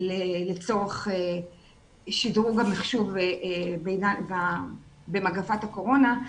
לצורך שדרוג המחשוב במגפת הקורונה,